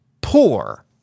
poor